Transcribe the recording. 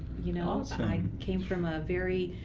you know so and i came from a very